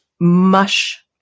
mush